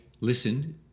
listened